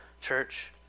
church